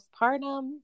postpartum